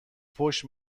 فحش